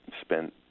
spent